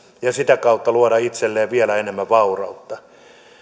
ja sitä kautta luoda itselleen vielä enemmän vaurautta